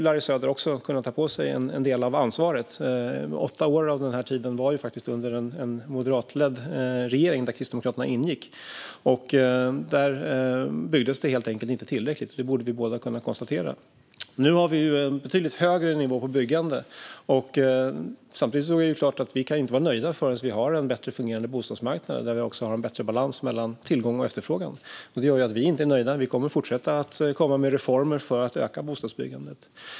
Larry Söder borde kunna ta på sig en del av ansvaret. Åtta år av den tiden hade vi en moderatledd regering där Kristdemokraterna ingick. Då byggdes det helt enkelt inte tillräckligt. Det borde vi båda kunna konstatera. Nu har vi en betydligt högre nivå på byggandet. Samtidigt kan vi inte vara nöjda förrän vi har en bättre fungerande bostadsmarknad och en bättre balans mellan tillgång och efterfrågan. Vi är inte nöjda. Vi kommer att fortsätta komma med reformer för att öka bostadsbyggandet.